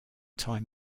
time